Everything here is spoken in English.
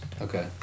Okay